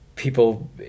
People